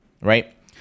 right